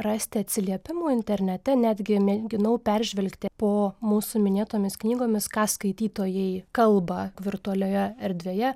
rasti atsiliepimų internete netgi mėginau peržvelgti po mūsų minėtomis knygomis ką skaitytojai kalba virtualioje erdvėje